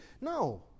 No